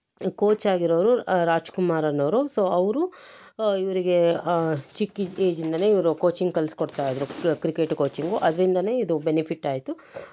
ಕೋಚಾಗಿರೋರು ರಾಜ್ಕುಮಾರ್ ಅನ್ನೋರು ಸೋ ಅವರು ಇವರಿಗೆ ಚಿಕ್ಕ ಏಜಿಂದಲೇ ಇವರು ಕೋಚಿಂಗ್ ಕಲ್ಸ್ಕೊಡ್ತಾ ಇದ್ದರು ಕ್ರಿಕೆಟ್ ಕೋಚಿಂಗ್ ಅದರಿಂದಲೇ ಇದು ಬೆನಿಫಿಟ್ ಆಯಿತು